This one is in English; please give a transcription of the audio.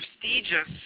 prestigious